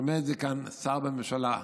שומע את זה כאן שר בממשלה.